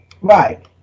Right